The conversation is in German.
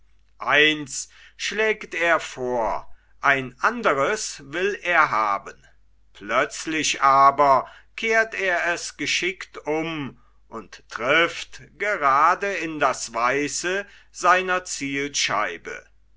eins schlägt er vor ein andres will er haben plötzlich aber kehrt er es geschickt um und trifft grade in das weiße seiner zielscheibe